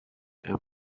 and